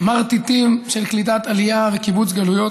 מרטיטים של קליטת עלייה וקיבוץ גלויות.